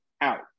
out